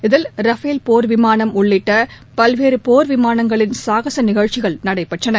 இதில் ரஃபேல் போர் விமாளம் உள்ளிட்ட பல்வேறு போர் விமானங்களின் சாகச நிகழ்ச்சிகள் நடைபெற்றன